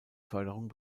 förderung